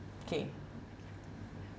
okay